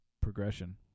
progression